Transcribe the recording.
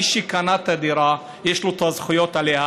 מי שקנה את הדירה, יש לו את הזכויות עליה.